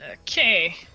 Okay